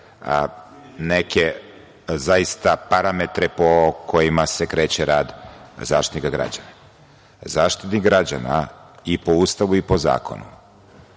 neke parametre po kojima se kreće rad Zaštitnika građana.Zaštitnik građana i po Ustavu i po zakonu